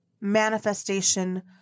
manifestation